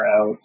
out